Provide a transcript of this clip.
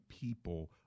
people